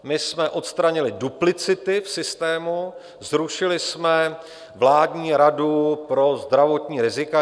My jsme odstranili duplicity v systému, zrušili jsme Vládní radu pro zdravotní rizika.